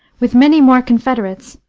with many more confederates,